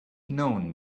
known